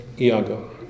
Iago